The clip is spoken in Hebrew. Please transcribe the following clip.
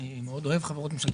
אני אוהב מאוד חברות ממשלתיות,